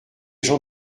gens